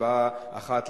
הצבעה אחת,